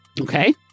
Okay